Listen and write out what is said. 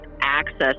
access